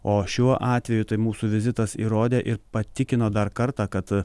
o šiuo atveju tai mūsų vizitas įrodė ir patikino dar kartą kad